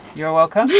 you're welcome.